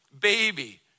baby